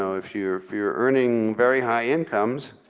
so if you're if you're earning very high incomes,